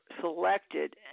selected